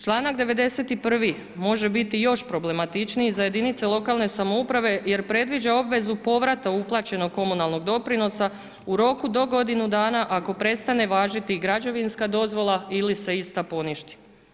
Članak 91. može biti i još problematičniji za jedinice lokalne samouprave jer predviđa obvezu povrata uplaćenog komunalnog doprinosa u roku do godinu dana, ako prestaje važiti građevinska dozvola ili se ista poništi.